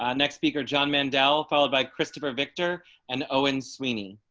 um next speaker john mandela, followed by christopher victor and owen sweeney